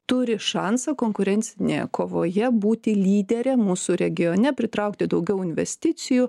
turi šansą konkurencinėje kovoje būti lydere mūsų regione pritraukti daugiau investicijų